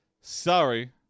sorry